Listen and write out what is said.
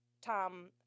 Tom